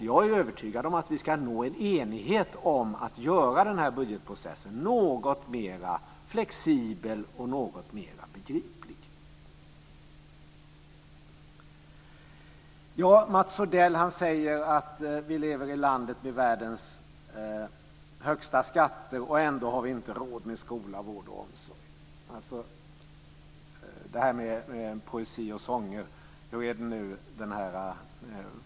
Jag är övertygad om att vi ska nå en enighet om att göra budgetprocessen något mera flexibel och begriplig. Mats Odell säger att vi lever i landet med världens högsta skatter, och ändå har vi inte råd med skola, vård och omsorg. Ja, det var det där med poesi och sånger. Hur är det den går?